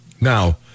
Now